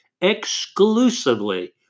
exclusively